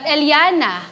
Eliana